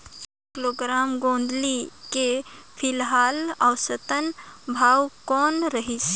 एक किलोग्राम गोंदली के फिलहाल औसतन भाव कौन रही?